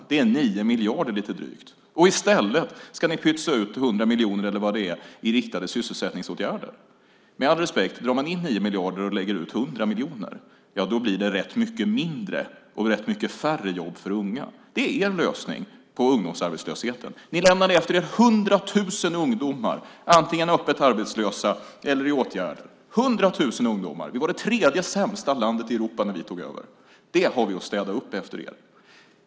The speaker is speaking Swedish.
Det är 9 miljarder, lite drygt. I stället ska ni pytsa ut 100 miljoner, eller vad det är, i riktade sysselsättningsåtgärder. Med all respekt, drar man in 9 miljarder och lägger ut 100 miljoner blir det rätt mycket mindre och rätt mycket färre jobb för unga. Det är er lösning på ungdomsarbetslösheten. Ni lämnade efter er 100 000 ungdomar, antingen öppet arbetslösa eller i åtgärder - 100 000 ungdomar. Vi var det tredje sämsta landet i Europa när vi tog över. Det har vi att städa upp efter er.